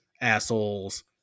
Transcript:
assholes